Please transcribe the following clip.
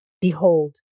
Behold